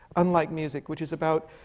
unlike music, which is about